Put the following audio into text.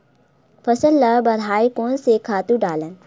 फसल ल बढ़ाय कोन से खातु डालन?